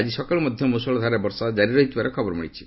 ଆଜି ସକାଳୁ ମଧ୍ୟ ମୁଷଳ ଧାରାରେ ବର୍ଷା ଜାରି ରହିଥିବାର ଖବର ମିଳିଛି